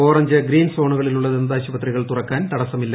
orange green സോണുകളിലുള്ള ഭൂന്താശുപത്രികൾ തുറക്കാൻ തടസ്സമില്ല